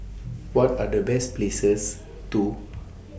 What Are The Best Places to